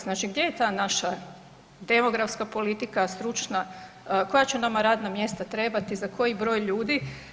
Znači gdje je ta naša demografska politika, stručna, koja će nama radna mjesta trebati, za koji broj ljudi?